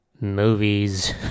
movies